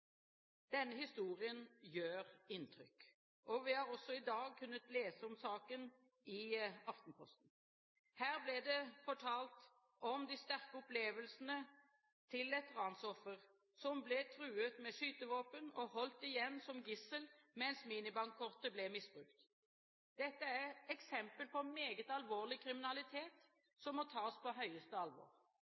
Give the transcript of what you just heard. Denne historien gjør inntrykk. Vi har også i dag kunnet lese om saken i Aftenposten. Her ble det fortalt om de sterke opplevelsene til et ransoffer som ble truet med skytevåpen og holdt igjen som gissel mens minibankkortet ble misbrukt. Dette er et eksempel på meget alvorlig kriminalitet, som må tas på høyeste alvor.